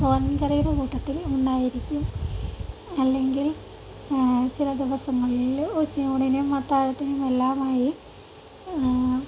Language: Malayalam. തോരൻ കറിയുടെ കൂട്ടത്തിൽ ഉണ്ടായിരിക്കും അല്ലെങ്കിൽ ചില ദിവസങ്ങളില് ഉച്ചയൂണിനും അത്താഴത്തിനും എല്ലാമായി